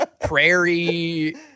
prairie